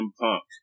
Punk